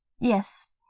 Yes